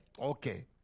Okay